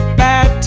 bad